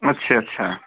अच्छा अच्छा